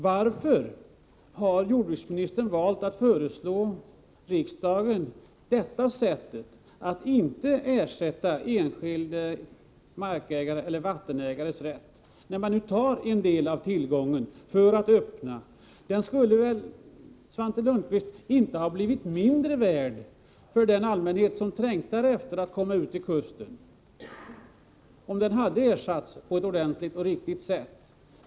Varför har jordbruksministern valt att föreslå riksdagen detta sätt, att inte ersätta den enskilde vattenägaren när man nu tar en del av hans tillgång? Fiskerätten skulle väl inte, Svante Lundkvist, ha blivit mindre värd för den allmänhet som trängtar efter att komma ut till kusten om den hade ersatts på ett riktigt sätt?